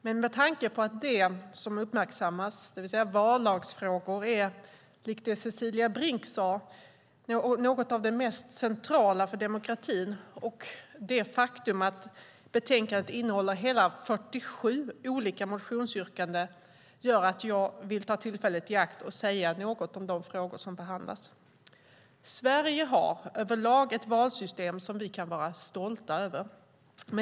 Men med tanke på att det som uppmärksammas, det vill säga vallagsfrågor, är, som Cecilia Brinck sade, något av det mest centrala för demokratin och att betänkandet innehåller hela 47 olika motionsyrkanden vill jag ta tillfället i akt och säga något om de frågor som behandlas. Sverige har överlag ett valsystem som vi kan vara stolta över.